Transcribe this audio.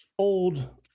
old